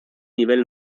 nivel